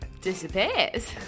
disappears